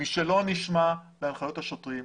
מי שלא נשמע להנחיות השוטרים,